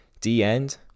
D-end